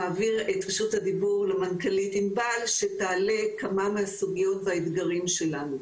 אעביר את רשות הדיבור למנכ"לית ענבל שתעלה כמה מהסוגיות והאתגרים שלנו.